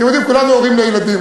אתם יודעים, כולנו הורים לילדים.